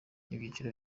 ibyiciro